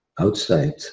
outside